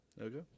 Okay